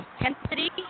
intensity